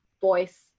voice